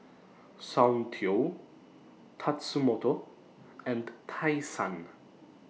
Soundteoh Tatsumoto and Tai Sun